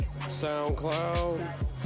SoundCloud